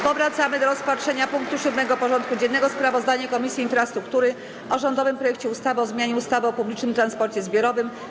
Powracamy do rozpatrzenia punktu 7. porządku dziennego: Sprawozdanie Komisji Infrastruktury o rządowym projekcie ustawy o zmianie ustawy o publicznym transporcie zbiorowym.